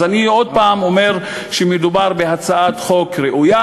אז אני עוד הפעם אומר שמדובר בהצעת חוק ראויה,